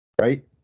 right